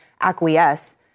acquiesce